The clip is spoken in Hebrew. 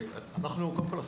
קודם כל,